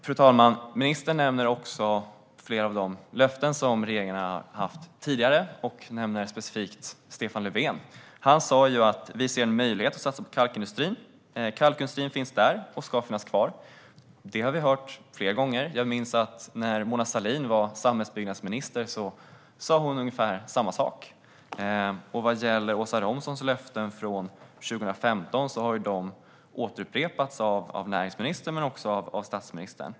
Fru talman! Ministern nämner också flera av regeringens tidigare löften och nämner specifikt Stefan Löfven. Han sa ju att man ser en möjlighet att satsa på kalkindustrin. Kalkindustrin finns där och ska finnas kvar. Det har vi hört flera gånger. Jag minns att när Mona Sahlin var samhällsbyggnadsminister sa hon ungefär samma sak, och vad gäller Åsa Romsons löften från 2015 har de återupprepats av näringsministern men också av statsministern.